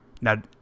Now